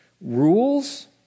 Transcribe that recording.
rules